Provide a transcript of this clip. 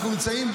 אנחנו נמצאים,